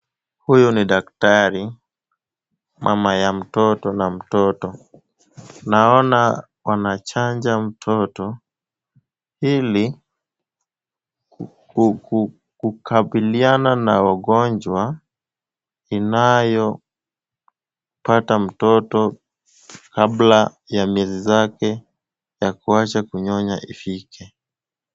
Huyu ni daktari, mama ya mtoto na mtoto. Naona wanachanja mtoto ili kukabiliana na ugonjwa, inayopata mtoto kabla ya miezi zake ya kuacha kunyonya ifike.